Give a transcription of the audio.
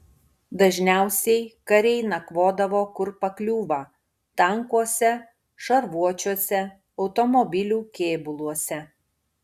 dažniausiai kariai nakvodavo kur pakliūva tankuose šarvuočiuose automobilių kėbuluose